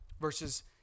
verses